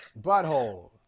butthole